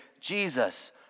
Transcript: Jesus